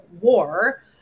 war